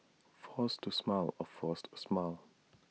force to smile A forced smile